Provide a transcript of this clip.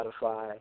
Spotify